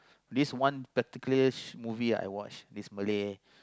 list one particular movie I watch is Malay